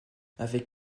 avec